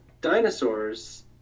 dinosaurs